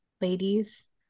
ladies